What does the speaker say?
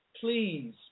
please